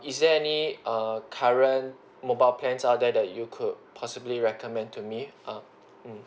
is there any err current mobile plans are there that you could possibly recommend to me err mm